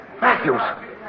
Matthews